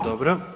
Dobro.